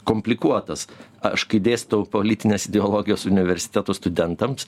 komplikuotas aš kai dėstau politines ideologijas universiteto studentams